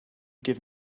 give